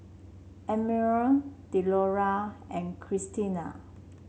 Emanuel Delora and Krystina